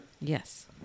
Yes